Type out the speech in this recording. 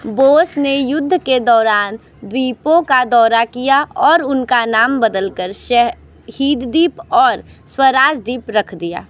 बोस ने युद्ध के दौरान द्वीपों का दौरा किया और उनका नाम बदल कर शहीद दीप और स्वराज दीप रख दिया